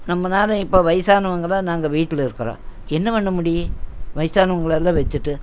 நம்மனால் இப்போ வயிசானவங்கல்லாம் நாங்கள் வீட்டில் இருக்கிறோம் என்ன பண்ண முடியும் வயிதானவங்களெல்லாம் வச்சிட்டு